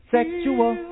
Sexual